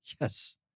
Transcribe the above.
Yes